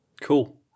Cool